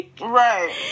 Right